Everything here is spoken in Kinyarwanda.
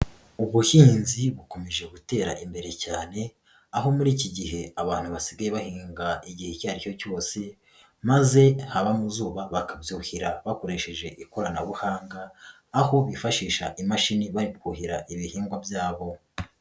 Ubuhinzi bukomeje gutera imbere cyane, aho muri iki gihe abantu basigaye bahinga igihe icyo ari cyo cyose, maze haba mu zuba bakabyuhira bakoresheje ikoranabuhanga, aho bifashisha imashini bari kuhira ibihingwa byabo